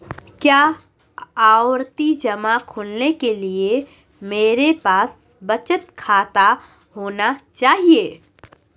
क्या आवर्ती जमा खोलने के लिए मेरे पास बचत खाता होना चाहिए?